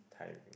tiring